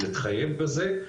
נתחייב בזה.